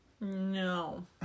No